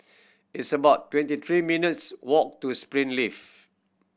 it's about twenty three minutes' walk to Springleaf